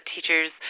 teachers